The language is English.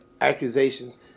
accusations